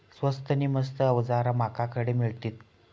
स्वस्त नी मस्त अवजारा माका खडे मिळतीत?